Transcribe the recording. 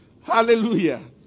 Hallelujah